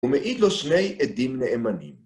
ומעיד לו שני עדים נאמנים.